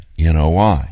NOI